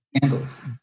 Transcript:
Candles